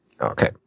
Okay